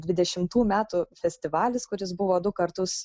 dvidešimtų metų festivalis kuris buvo du kartus